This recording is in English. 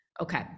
Okay